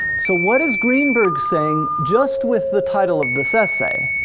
so what is greenberg saying just with the title of this essay?